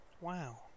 wow